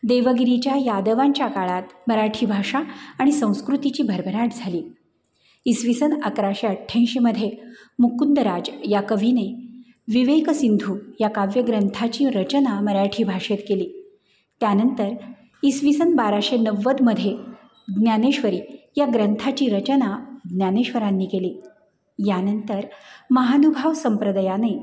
देवगिरीच्या यादवांच्या काळात मराठी भाषा आणि संस्कृतीची भरभराट झाली ईसवी सन अकराशे अठ्ठ्यांशीमध्ये मुकुंदराज या कवीने विवेक सिंधू या काव्यग्रंथाची रचना मराठी भाषेत केली त्यानंतर ईसवी सन बाराशे नव्वदमध्ये ज्ञानेश्वरी या ग्रंथाची रचना ज्ञानेश्वरांनी केली यानंतर महानुभाव संप्रदयाने